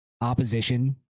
opposition